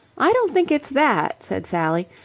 i don't think it's that, said sally.